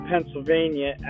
Pennsylvania